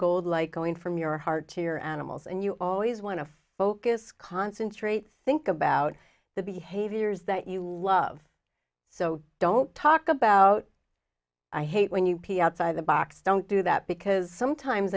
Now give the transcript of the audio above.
gold like going from your heart to your animals and you always want to focus concentrate think about the behaviors that you love so don't talk about i hate when you pee outside the box don't do that because sometimes